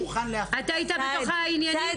סאיד,